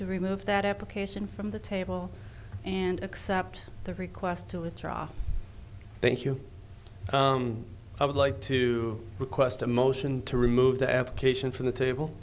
to remove that application from the table and accept the request to withdraw thank you i would like to request a motion to remove the application from the table